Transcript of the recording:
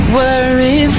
worry